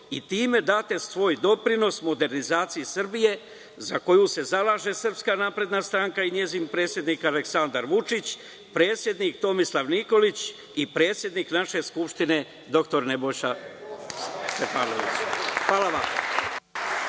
i time date svoj doprinos modernizaciji Srbije za koju se zalaže SNS i njezin predsednik Aleksandar Vučić, predsednik Tomislav Nikolić i predsednik naše Skupštine dr Nebojša Stefanović. Hvala vam.